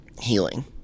healing